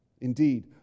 indeed